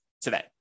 today